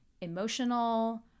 emotional